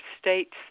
states